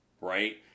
right